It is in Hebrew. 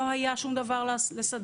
לא היה שום דבר לסדר.